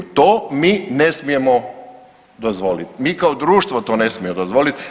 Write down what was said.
To mi ne smijemo dozvolit, mi kao društvo to ne smijemo dozvolit.